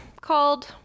called